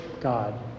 God